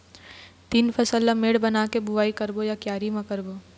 तील फसल ला मेड़ बना के बुआई करबो या क्यारी म करबो?